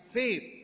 faith